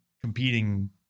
competing